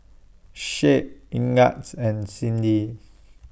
Shade Ignatz and Cyndi